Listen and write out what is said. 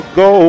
go